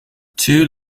too